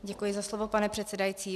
Děkuji za slovo, pane předsedající.